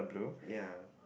ya